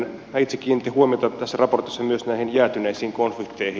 myös itse kiinnitin huomiota tässä raportissa näihin jäätyneisiin konflikteihin